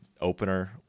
opener